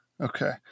Okay